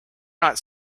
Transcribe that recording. not